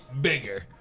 bigger